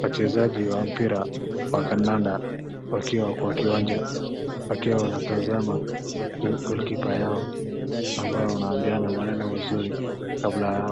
Wachezaji wa mpira wa kandanda wakiwa kwa kiwanja, wakiwa wanatazama goal keeper yao ambao wanaambiana maneno mazuri kabla